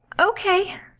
Okay